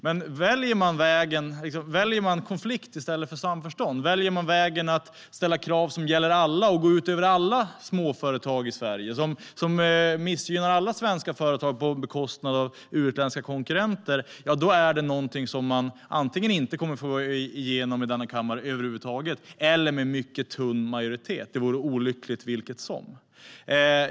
Men väljer man konflikt i stället för samförstånd, väljer man vägen att ställa krav som gäller alla och går ut över alla småföretag i Sverige, som missgynnar alla svenska företag i konkurrensen med utländska företag, då är det någonting som man antingen inte kommer att få igenom i denna kammare över huvud taget eller får igenom med mycket svag majoritet. Det vore olyckligt vilket som.